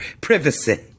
privacy